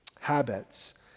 habits